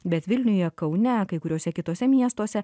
bet vilniuje kaune kai kuriuose kituose miestuose